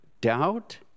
Doubt